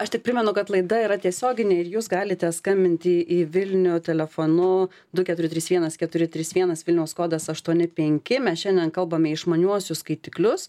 aš tik primenu kad laida yra tiesioginė ir jūs galite skambinti į vilnių telefonu du keturi trys vienas keturi trys vienas vilniaus kodas aštuoni penki mes šiandien kalbame išmaniuosius skaitiklius